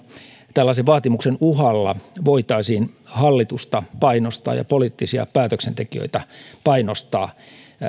tällaisen vaatimuksen uhalla voitaisiin painostaa hallitusta ja poliittisia päätöksentekijöitä